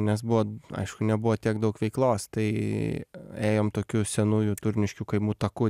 nes buvo aišku nebuvo tiek daug veiklos tai ėjom tokiu senųjų turniškių kaimų taku